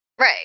Right